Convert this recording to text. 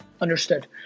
Understood